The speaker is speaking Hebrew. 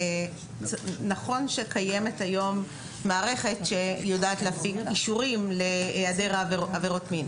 נכון שקיימת היום מערכת שיודעת להפיק אישורים להיעדר עבירות מין.